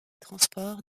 transports